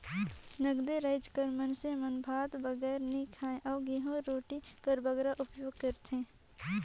नगदे राएज कर मइनसे मन भात बगरा नी खाएं अउ गहूँ रोटी कर बगरा उपियोग करथे